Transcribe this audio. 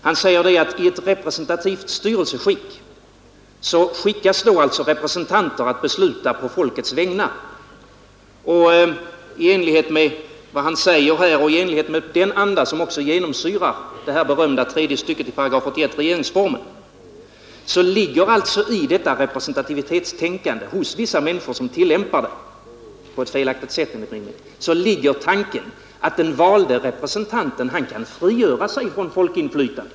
Han säger att i ett representativt styrelseskick väljs representanter att besluta på folkets vägnar. I enlighet med vad han säger och även i enlighet med den anda som genomsyrar det berömda tredje stycket i 81 § regeringsformen anser vissa människor som tillämpar detta representativitetstänkande — på ett felaktigt sätt enligt min mening — att den valde representanten kan frigöra sig från folkets inflytande.